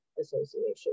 association